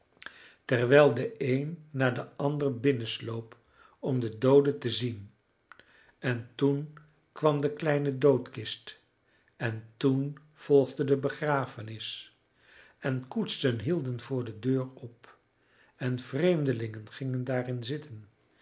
terwijl de een na den ander binnensloop om den doode te zien en toen kwam de kleine doodkist en toen volgde de begrafenis en koetsen hielden voor de deur op en vreemdelingen gingen daarin zitten